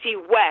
West